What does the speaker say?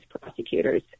prosecutors